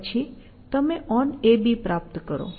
પછી તમે onAB પ્રાપ્ત કરો